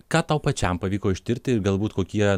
o ką tau pačiam pavyko ištirti galbūt kokie